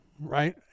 right